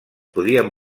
podien